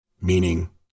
meaning